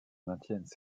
maintiennent